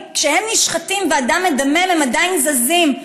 וכשהם נשחטים והדם מדמם הם עדיין זזים,